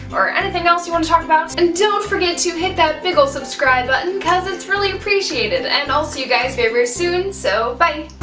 or anything else you want to talk about! and don't forget to hit that big ol' subscribe button, because it is really appreciated! and i'll see you guys very, very soon so bye!